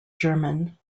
german